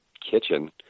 kitchen